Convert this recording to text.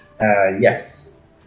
Yes